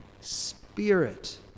Spirit